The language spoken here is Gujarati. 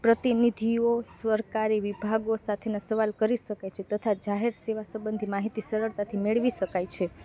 પ્રતિનિધિઓ સરકારી વિભાગો સાથેના સવાલ કરી શકે છે તથા જાહેર સેવા સબંધી માહિતી સરળતાથી મેળવી શકાય છે